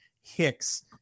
hicks